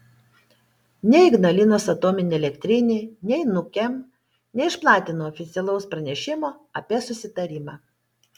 nei ignalinos atominė elektrinė nei nukem neišplatino oficialaus pranešimo apie susitarimą